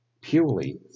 purely